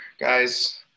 guys